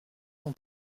son